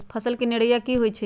फसल के निराया की होइ छई?